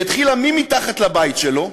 היא התחילה מתחת לבית שלו,